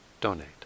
donate